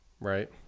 Right